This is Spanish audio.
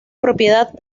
propiedad